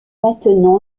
maintenant